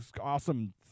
awesome